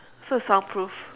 so it's soundproof